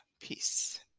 peace